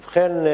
ובכן,